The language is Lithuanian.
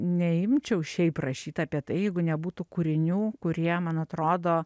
neimčiau šiaip rašyt apie tai jeigu nebūtų kūrinių kurie man atrodo